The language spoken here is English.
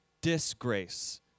Disgrace